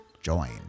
join